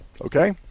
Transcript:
okay